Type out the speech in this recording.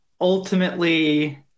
Ultimately